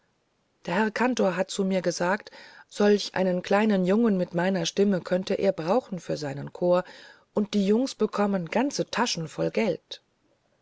der herr kantor hat zu mir gesagt solch einen kleinen jungen mit meiner stimme könnte er brauchen für seinen chor und die jungens bekommen ganze taschen voll geld